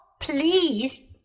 please